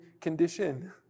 condition